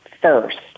first